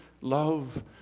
love